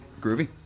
Groovy